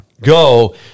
go